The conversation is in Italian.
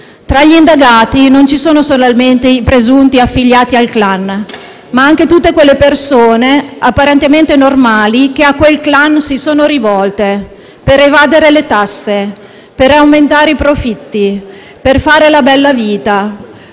Tra gli indagati non ci sono solamente i presunti affiliati al clan, ma anche tutte quelle persone apparentemente normali che a quel clan si sono rivolte: per evadere le tasse, per aumentare i profitti, per fare la bella vita,